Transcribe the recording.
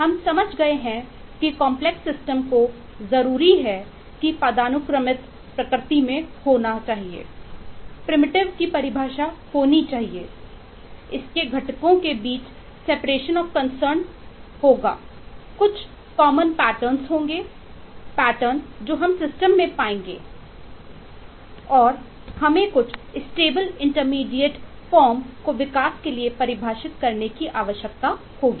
हम समझ गए हैं कि कॉम्प्लेक्स सिस्टम को विकास के लिए परिभाषित करने की आवश्यकता होगी